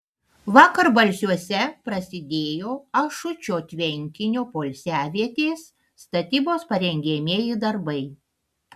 vakar balsiuose prasidėjo ašučio tvenkinio poilsiavietės statybos parengiamieji darbai